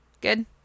Good